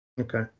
Okay